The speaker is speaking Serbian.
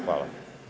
Hvala.